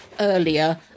Earlier